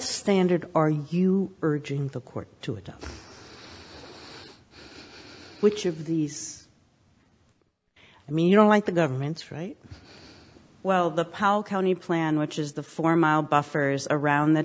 standard are you urging the court to it which of these i mean you don't like the government's right well the powell county plan which is the four mile buffers around the